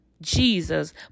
Jesus